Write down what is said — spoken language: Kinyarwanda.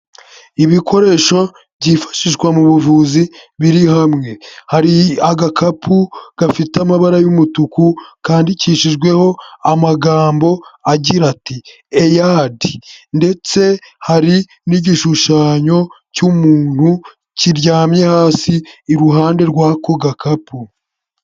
Ibikoresho byifashishwa mu buvuzi biri hamwe. Hari agakapu gafite amabara y'umutuku kandikishijweho amagambo agira ati: "eyadi" ndetse hari n'igishushanyo cy'umuntu kiryamye hasi iruhande rw'ako gakapu.